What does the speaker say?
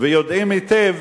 יודע היטב